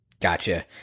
Gotcha